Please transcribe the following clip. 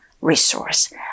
resource